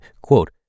quote